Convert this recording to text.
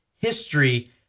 history